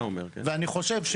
ואני חושב,